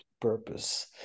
purpose